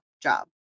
job